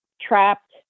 trapped